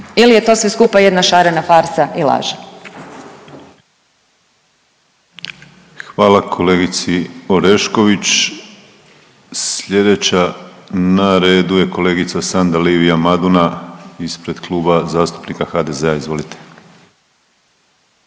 ili je to sve skupa jedna šarena farsa i laži? **Penava, Ivan (DP)** Hvala kolegici Orešković. Slijedeća na redu je kolegica Sanda Livija Maduna ispred Kluba zastupnika HDZ-a, izvolite.